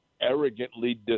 arrogantly